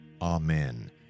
Amen